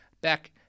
back